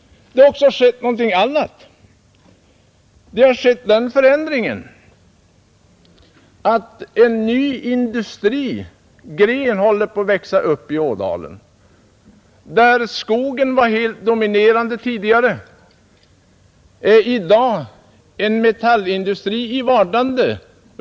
Det har också skett någonting annat, nämligen den förändringen att en ny industrigren håller på att växa upp i Ådalen. Där skogen var helt dominerande tidigare är i dag en metallindustri i vardande.